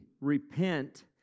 Repent